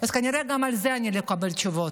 כנראה גם על זה אני לא אקבל תשובות.